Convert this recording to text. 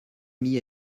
mis